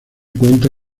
cuenta